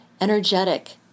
energetic